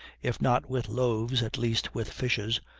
if not with loaves at least with fishes,